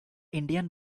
indian